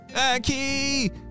Aki